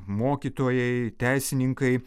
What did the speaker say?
mokytojai teisininkai